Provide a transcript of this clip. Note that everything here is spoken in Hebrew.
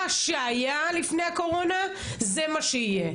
מה שהיה לפני הקורונה, זה מה שיהיה.